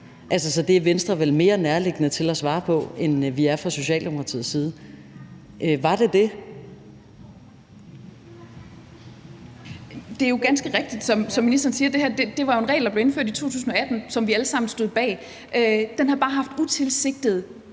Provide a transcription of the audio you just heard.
Så altså, det er vel mere nærliggende for Venstre at svare på, end det er for Socialdemokratiet: Var det det? Kl. 15:23 Marie Bjerre (V): Det er jo ganske rigtigt, som ministeren siger, at det her var en regel, der blev indført i 2018, og som vi alle sammen stod bag. Den har bare haft utilsigtede